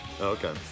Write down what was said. Okay